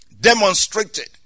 demonstrated